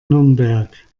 nürnberg